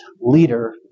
leader